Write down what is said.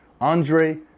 Andre